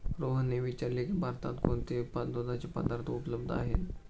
रोहनने विचारले की भारतात कोणते दुधाचे पदार्थ उपलब्ध आहेत?